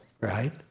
right